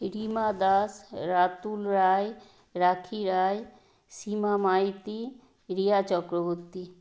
Rima Das Ratul Roy Rakhi Roy Sima Maiti Riya Chakraborty